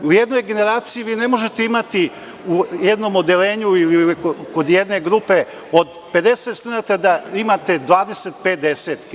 U jednoj generaciji ne možete imati, u jednom odeljenju ili kod jedne grupe od 50 studenata, da imate 25 desetki.